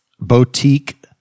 boutique